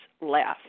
left